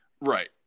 right